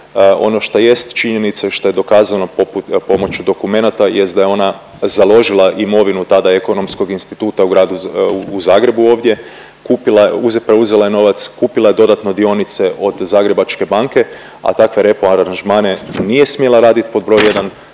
Ono šta jest činjenica i šta je dokazano poput, pomoću dokumenata jest da je ona založila imovinu tada Ekonomskog instituta u Zagrebu ovdje, kupila, preuzela je novac, kupila je dodatno dionice od Zagrebačke banke, a takve repo aranžmane nije smjela raditi pod broj